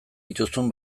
dituzun